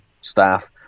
staff